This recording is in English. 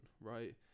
right